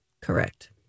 correct